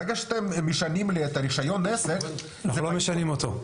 ברגע שאתם משנים לי את רישיון העסק --- אנחנו לא משנים אותו.